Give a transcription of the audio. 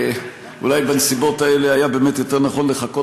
אולי בנסיבות האלה היה באמת יותר נכון לחכות